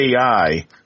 AI